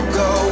go